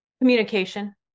Communication